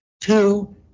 two